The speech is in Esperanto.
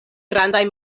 grandaj